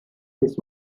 his